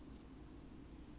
err